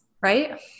right